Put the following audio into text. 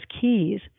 keys